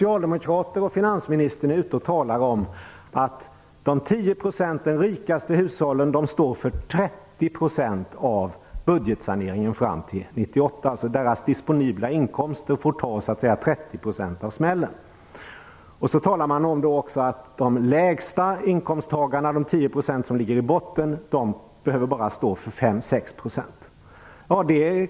Finansministern och andra socialdemokrater är ute och talar om att de 10 % som utgör de rikaste hushållen står för 30 % av budgetsaneringen fram till 1998. Deras disponibla inkomster får alltså ta 30 % av smällen. Man talar också om att de 10 % som har de lägsta inkomsterna bara behöver stå för 5-6 %.